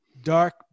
Dark